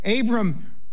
Abram